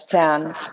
stand